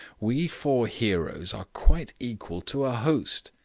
we four heroes are quite equal to a host,